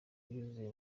yuzuye